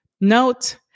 note